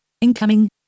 Incoming